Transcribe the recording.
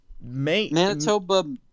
Manitoba –